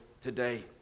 today